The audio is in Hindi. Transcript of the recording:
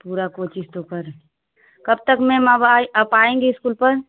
पूरा कोशिश तो कर कब तक मैम आप आई आप आएँगी इस्कूल पर